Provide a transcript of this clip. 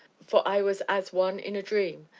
for i was as one in a dream,